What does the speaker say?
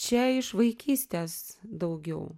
čia iš vaikystės daugiau